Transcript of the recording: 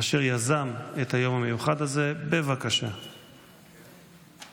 התקבלה בקריאה הטרומית ותעבור לוועדת החינוך,